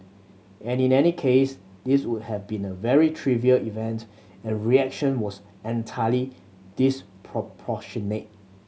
any any case this would have been a very trivial event and reaction was entirely disproportionate